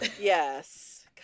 Yes